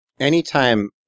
Anytime